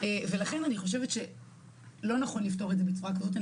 לכן אני חושבת שלא נכון לפתור את זה בצורה כזאת,